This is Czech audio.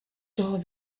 toho